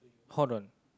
Hold on